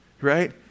right